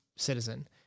citizen